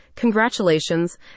congratulations